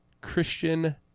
Christian